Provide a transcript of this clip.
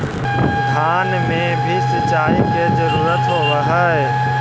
धान मे भी सिंचाई के जरूरत होब्हय?